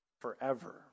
forever